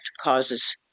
causes